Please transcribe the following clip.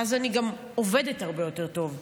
ואז אני גם עובדת הרבה יותר טוב בוועדה.